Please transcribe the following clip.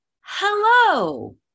hello